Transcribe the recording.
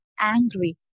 angry